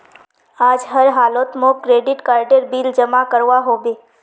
आज हर हालौत मौक क्रेडिट कार्डेर बिल जमा करवा होबे